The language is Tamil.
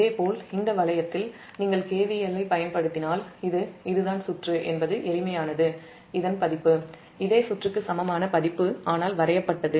இதேபோல் இந்த வளையத்தில் நீங்கள் KVL பயன்படுத்தினால் இதன் பதிப்பு என்பது எளிமையானது இதே சுற்றுக்கு சமமான பதிப்பு ஆனால் வரையப்பட்டது